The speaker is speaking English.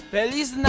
Feliz